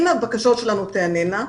אם הבקשות שלנו תענינה,